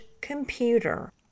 computer